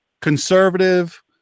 conservative